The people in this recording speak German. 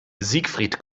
siegfried